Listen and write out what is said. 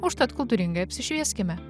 užtat kultūringai apsišvieskime